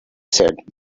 said